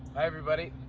everybody.